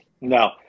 No